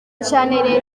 cyane